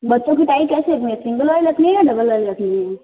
बच्चों की टाई कैसे रखनी है सिंगल वाली रखनी है या डबल वाली रखनी है